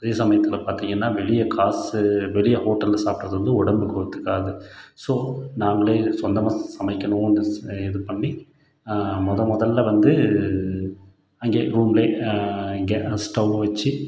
அதே சமயத்தில் பார்த்தீங்கன்னா வெளியே காசு வெளியே ஹோட்டலில் சாப்பிட்றது வந்து உடம்புக்கு ஒத்துக்காது ஸோ நாங்களே சொந்தமாக சமைக்கணுன்னு இது பண்ணி முத முதல்ல வந்து அங்கே ரூம்லேயே இங்கே அந்த ஸ்டவ்வை வச்சு